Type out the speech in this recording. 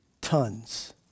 tons